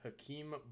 Hakeem